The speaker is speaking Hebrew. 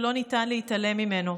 שלא ניתן להתעלם ממנו: